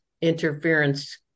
interference